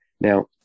Now